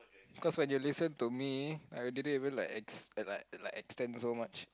cause when you listen to me I didn't even like ex~ like extend so much